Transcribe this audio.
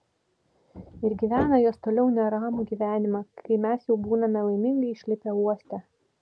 ir gyvena jos toliau neramų gyvenimą kai mes jau būname laimingai išlipę uoste